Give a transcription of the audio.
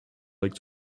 like